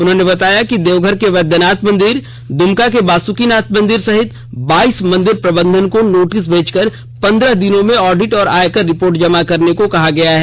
उन्होंने बताया कि देवघर के वैद्यनाथ मंदिर दुमका के बासुकीनाथ मंदिर सहित बाइस मंदिर प्रबंधन को नोटिस भेजकर पंद्रह दिनों में ऑडिट और आयकर रिपोर्ट जमा करने को कहा गया है